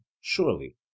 surely